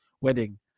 wedding